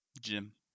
Gym